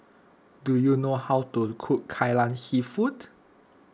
do you know how to cook Kai Lan Seafood